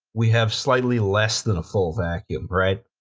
we have slightly less than a full vacuum, right,